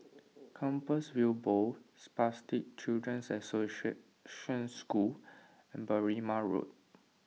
Compassvale Bow Spastic Children's Association School and Berrima Road